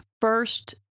First